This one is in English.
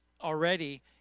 already